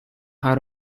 how